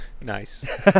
Nice